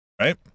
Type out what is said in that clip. right